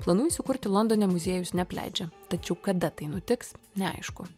planų įsikurti londone muziejus neapleidžia tačiau kada tai nutiks neaišku